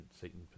Satan